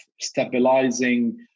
stabilizing